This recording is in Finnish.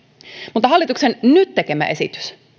mutta hallituksen nyt tekemä esitys